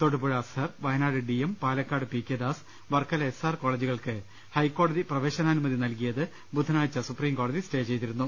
Thodupuzha Azhar Wayanad D M Palakkad P K Das Varkala S R കോളേജുകൾക്ക് ഹൈക്കോടതി പ്രവേശനാനുമതി നൽകിയത് ബുധനാഴ്ച സുപ്രീം കോടതി സ്റ്റേ ചെയ്തിരുന്നു